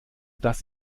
das